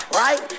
right